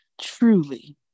truly